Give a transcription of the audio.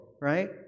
right